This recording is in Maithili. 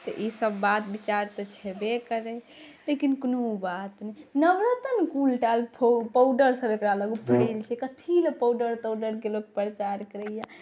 ईसब तऽ बात विचार तऽ छेबे करै लेकिन कोनो बात नहि नवरतन कूल पावडरसब एकरालग फेल छै कथीलए पावडर ताउडरके लोक प्रचार करैए